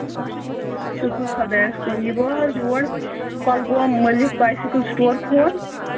شُکُر خۄدایَس کُن یہِ گوٚو حظ یور Kulgam Malik bicycle store phone